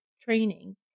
training